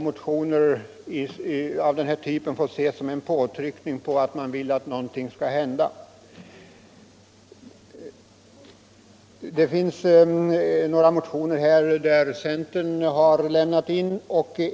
Motioner av denna typ får ses som en påtryckning och ett uttryck för att man vill att något skall hända. Bland motionerna finns det några som väckts av centerledamöter.